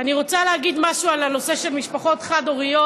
אני רוצה להגיד משהו על הנושא של משפחות חד-הוריות,